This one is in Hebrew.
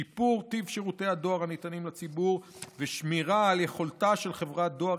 שיפור טיב שירותי הדואר הניתנים לציבור ושמירה על יכולתה של חברת דואר